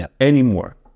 anymore